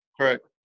Correct